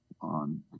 on